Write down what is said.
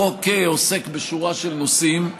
החוק עוסק בשורה של נושאים.